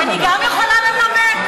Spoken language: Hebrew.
אני גם יכולה לנמק?